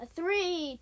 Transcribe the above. Three